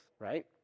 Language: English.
right